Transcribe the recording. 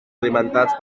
alimentats